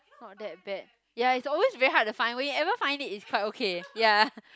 not that bad ya it's always very hard to find when you ever find it's quite okay ya